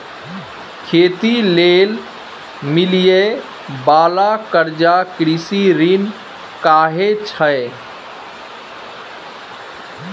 खेती लेल मिलइ बाला कर्जा कृषि ऋण कहाइ छै